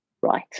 right